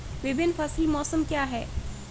विभिन्न फसल मौसम क्या हैं?